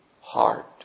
heart